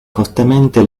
fortemente